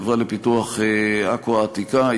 החברה לפיתוח עכו העתיקה.